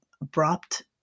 abrupt